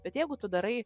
bet jeigu tu darai